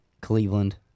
Cleveland